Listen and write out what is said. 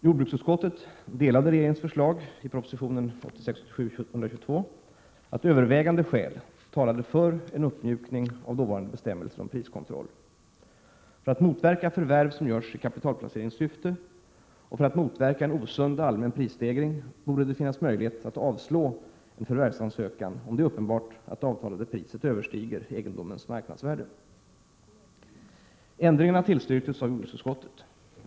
Jordbruksutskottet tillstyrkte regeringens förslag i proposition 1986/87:122 och ansåg att övervägande skäl talade för en uppmjukning av dåvarande bestämmelser om priskontroll. För att motverka förvärv som görs i kapitalplaceringssyfte och för att motverka en osund allmän prisstegring borde det finnas möjlighet att avslå en förvärvsansökan om det är uppenbart att det avtalade priset överstiger egendomens marknadsvärde. Ändringarna tillstyrktes av jordbruksutskottet.